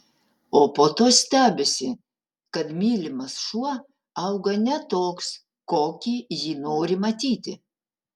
o po to stebisi kad mylimas šuo auga ne toks kokį jį nori matyti